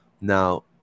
Now